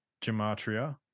gematria